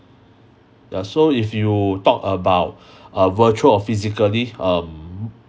ya so if you talk about uh virtual or physically um